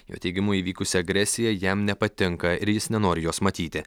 jo teigimu įvykusi agresija jam nepatinka ir jis nenori jos matyti